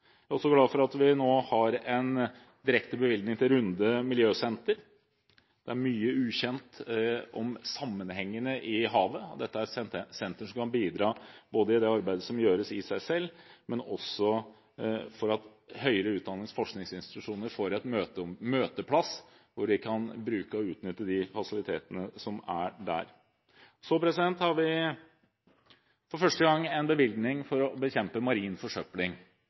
også glad for at vi nå har en direkte bevilgning til Runde Miljøsenter. Det er mye ukjent om sammenhengene i havet, og dette er et senter som kan bidra i det arbeidet som gjøres, i seg selv, men også slik at høyere utdannings- og forskningsinstitusjoner får en møteplass hvor de kan bruke og utnytte de fasilitetene som er der. Så har vi for første gang en bevilgning for å bekjempe marin forsøpling,